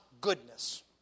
goodness